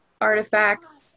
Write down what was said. artifacts